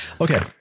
Okay